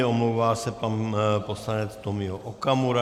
Omlouvá se pan poslanec Tomio Okamura.